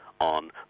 on